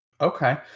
Okay